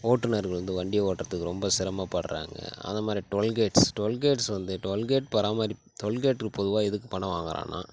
ஓட்டுநர்கள் வந்து வண்டி ஓட்டுறதுக்கு ரொம்ப சிரமப்படுறாங்க அத மாரி டோல்கேட்ஸ் டோல்கேட்ஸ் வந்து டோல்கேட் பராமரிப் டோல்கேட்ரு பொதுவாக எதுக்கு பணம் வாங்குறானா